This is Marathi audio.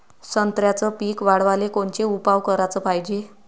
संत्र्याचं पीक वाढवाले कोनचे उपाव कराच पायजे?